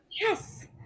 yes